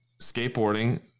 skateboarding